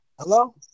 Hello